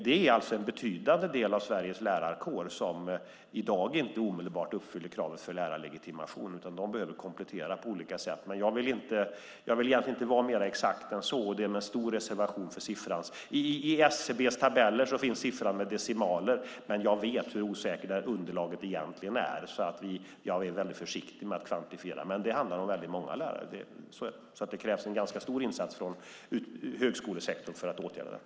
Det är alltså en betydande del av Sveriges lärarkår som i dag inte omedelbart uppfyller kraven för lärarlegitimation utan behöver komplettera på olika sätt. Jag vill egentligen inte vara mer exakt än så. Jag vill göra stor reservation för siffran. I SCB:s tabeller finns siffran med decimaler. Men jag vet hur osäkert underlaget egentligen är, så jag är väldigt försiktig med att kvantifiera. Det handlar dock om väldigt många lärare - så är det. Det krävs alltså en ganska stor insats från högskolesektorn för att åtgärda detta.